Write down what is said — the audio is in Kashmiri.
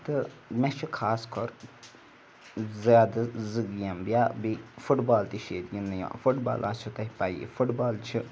تہٕ مےٚ چھُ خاص کَر زیادٕ زٕ گیم یا بیٚیہِ فُٹ بال تہِ چھِ ییٚتہِ گِنٛدنہٕ یِوان فُٹ بال آسِو تۄہہِ پَییی فُٹ بال چھِ